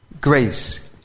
grace